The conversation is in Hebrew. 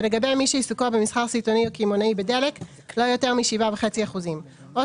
ולגבי מי שעיסוקו במסחר סיטונאי או קמעונאי בדלק לא יותר מ-7.5%; או